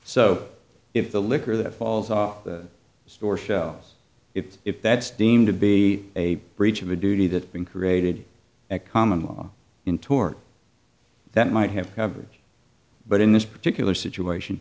so if the liquor that falls off the store shelves it if that's deemed to be a breach of a duty that being created a common law in tort that might have coverage but in this particular situation